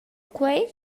quei